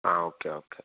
ആ okay okay